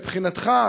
מבחינתך,